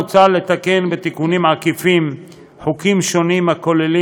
מוצע לתקן בתיקונים עקיפים חוקים שונים הכוללים